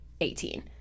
18